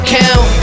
count